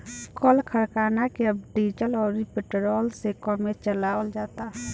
कल करखना के अब डीजल अउरी पेट्रोल से कमे चलावल जाता